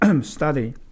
study